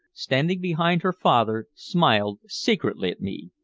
standing behind her father, smiled secretly at me.